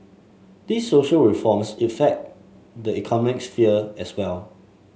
these social reforms effect the economic sphere as well